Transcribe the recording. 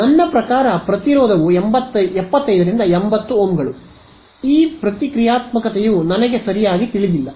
ನನ್ನ ಪ್ರಕಾರ ಪ್ರತಿರೋಧವು 75 ರಿಂದ 80 ಓಂಗಳು ಈ ಪ್ರತಿಕ್ರಿಯಾತ್ಮಕತೆಯು ನನಗೆ ಸರಿಯಾಗಿ ತಿಳಿದಿಲ್